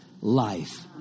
life